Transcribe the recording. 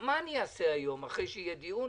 מה אעשה היום אחרי שיהיה דיון